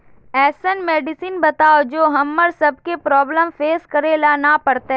ऐसन मेडिसिन बताओ जो हम्मर सबके प्रॉब्लम फेस करे ला ना पड़ते?